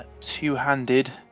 two-handed